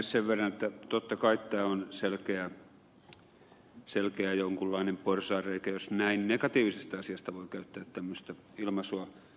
sen verran että totta kai tämä on selkeä jonkunlainen porsaanreikä jos näin negatiivisesta asiasta voi käyttää tämmöistä ilmaisua